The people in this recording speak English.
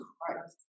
Christ